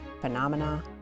phenomena